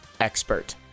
expert